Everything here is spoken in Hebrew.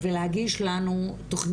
אם אנחנו רוצים להדגיש את החשיבות,